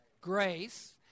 grace